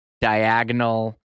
diagonal